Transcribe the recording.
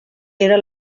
era